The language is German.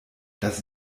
das